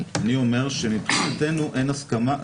אני אומר שמבחינתנו אין הסכמה.